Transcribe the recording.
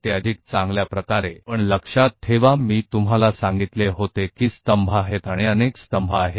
लेकिन याद रखें मैंने आपको बताया था कि कॉलम होते हैं और कई कॉलम होते हैं